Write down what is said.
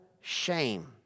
shame